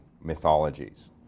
mythologies